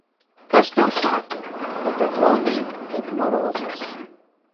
kas tau sakė kad atrodai kaip marozas